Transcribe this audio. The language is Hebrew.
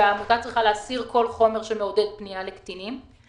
ושהעמותה צריכה להסיר כל חומר שמעודד פנייה לקטינים.